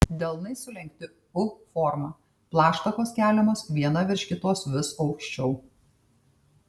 delnai sulenkti u forma plaštakos keliamos viena virš kitos vis aukščiau